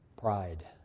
Pride